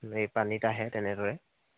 সেই পানীত আহে তেনেদৰে